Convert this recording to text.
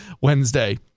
Wednesday